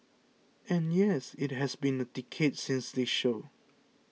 and yes it has been a decade since this show